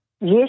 yes